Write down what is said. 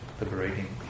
liberating